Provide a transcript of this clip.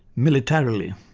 militarily.